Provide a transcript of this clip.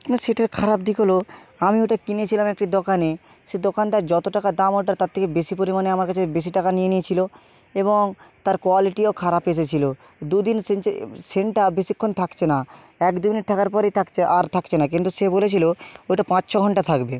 কিন্তু সেটার খারাপ দিক হলো আমি ওটা কিনেছিলাম একটি দোকানে সে দোকানদার যতো টাকা দাম ওটার তার থেকে বেশি পরিমাণে আমার কাছে বেশি টাকা নিয়ে নিয়েছিলো এবং তার কোয়ালিটিও খারাপ এসেছিলো দু দিন সেঞ্চে সেন্টটা বেশিক্ষণ থাকছে না এক দু মিনিট থাকার পরই থাকছে আর থাকছে না কিন্তু সে বলেছিলো ওটা পাঁচ ছ ঘন্টা থাকবে